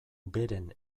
beren